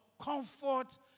comfort